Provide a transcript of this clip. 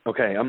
Okay